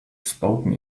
spoken